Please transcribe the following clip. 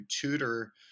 tutor